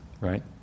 right